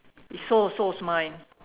so so is mine